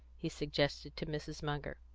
he suggested to mrs. munger.